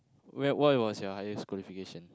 where what was your highest qualification